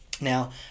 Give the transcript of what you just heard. Now